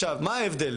עכשיו, מה ההבדל?